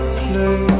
play